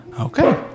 Okay